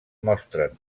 mostren